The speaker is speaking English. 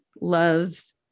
loves